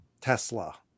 Tesla